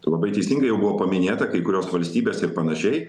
labai teisingai jau buvo paminėta kai kurios valstybės ir panašiai